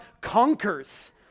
conquers